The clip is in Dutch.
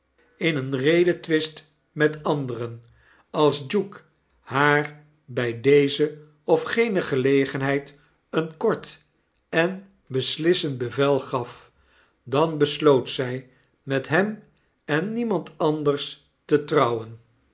rets en redetwist met anderen als duke haar by k ze of gene gelegenheid een kort en beslissend level gaf dan besloot zy met hem en niemand inders te trouwen